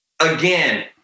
again